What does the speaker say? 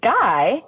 guy